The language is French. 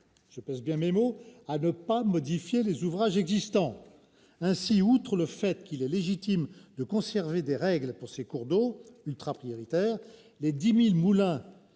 ce qui revient donc à ne pas modifier les ouvrages existants. Ainsi, outre le fait qu'il est légitime de conserver des règles pour ces cours d'eau « ultra-prioritaires », les 10 000 moulins